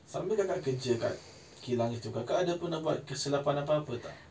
sambil kakak kerja kat kilang itu kakak ada pernah buat kesilapan apa-apa tak